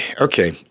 Okay